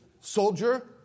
soldier